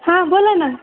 हां बोला ना